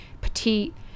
petite